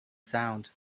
sound